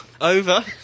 over